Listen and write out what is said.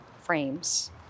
frames